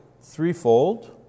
threefold